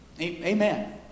Amen